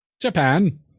Japan